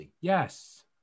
Yes